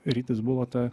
rytis bulota